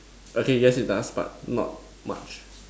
okay yes it does but not much